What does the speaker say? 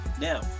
Now